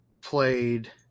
played